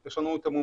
יש את המומחיות